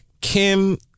Kim